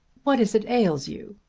what is it ails you?